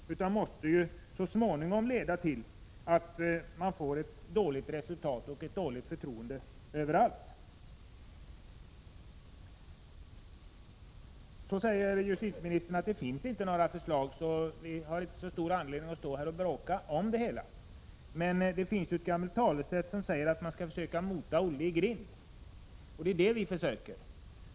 Det måste så småningom leda till att man får ett dåligt resultat och ett dåligt förtroende överallt. Justitieministern sade att det inte finns några förslag och att vi därför inte har någon anledning att bråka om detta. Men det finns ju ett gammalt talesätt som säger att man skall försöka mota Olle i grind. Det är det vi gör.